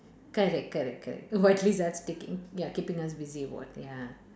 correct correct correct what leaves us thinking ya keeping us busy what ya